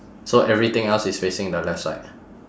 so everything else is facing the left side